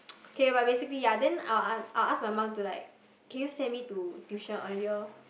K but basically ya then I will a~ I will ask my mum to like can you send me to tuition earlier